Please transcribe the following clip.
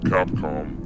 Capcom